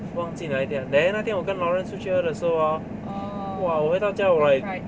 忘记哪一天 there 那天我跟 lawrence 出去喝的时候 lor !wah! 我回到家我也